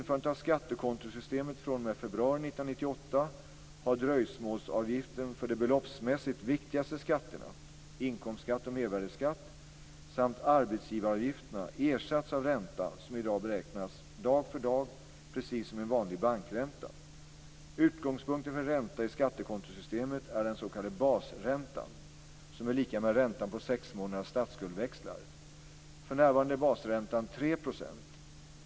februari 1998 har dröjsmålsavgiften för de beloppsmässigt viktigaste skatterna - inkomstskatt och mervärdesskatt - samt arbetsgivaravgifterna ersatts av ränta som beräknas dag för dag precis som en vanlig bankränta. Utgångspunkten för ränta i skattekontosystemet är den s.k. basräntan som är lika med räntan på sexmånaders statsskuldväxlar. För närvarande är basräntan 3 %.